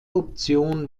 option